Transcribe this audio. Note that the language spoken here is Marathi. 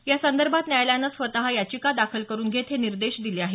यासंदर्भात न्यायालयानं स्वत याचिका दाखल करून घेत हे निर्देश दिले आहेत